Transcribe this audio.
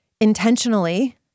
intentionally